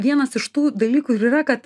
vienas iš tų dalykų ir yra kad